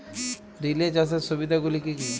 Relay চাষের সুবিধা গুলি কি কি?